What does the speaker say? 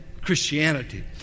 Christianity